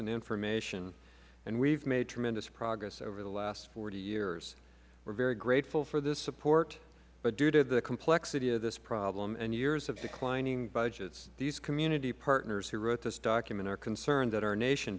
and information and we have made tremendous progress over the last forty years we are very grateful for this support but due to the complexity of this problem and years of declining budgets these community partners who wrote this document are concerned that our nation